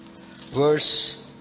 verse